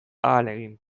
ahalegin